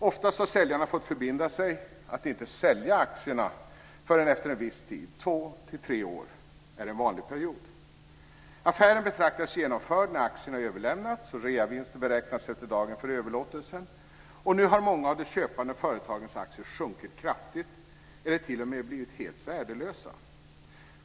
Oftast har säljarna fått förbinda sig att inte sälja aktierna förrän efter en viss tid - två-tre år är en vanlig period. Affären betraktas som genomförd när aktierna överlämnats, och reavinsten beräknas efter dagen för överlåtelsen. Nu har många av de köpande företagens aktier sjunkit kraftigt eller t.o.m. blivit helt värdelösa.